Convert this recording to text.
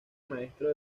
maestros